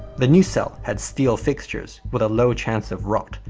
the new cell had steel fixtures with a low chance of rot.